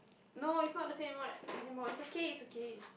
no it's not the same one anymore it's okay it's okay